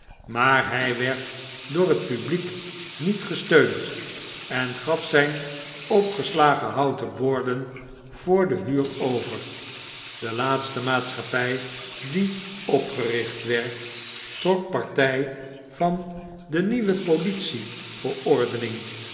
maar hy werd door het publiek niet gesteund en gaf zyn opgeslagen houten borden voor de huur over de laatste maatschappy die opgericht werd trok party vandenieuwepolitie verordening huurde van de